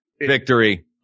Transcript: victory